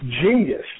genius